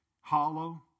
hollow